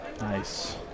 Nice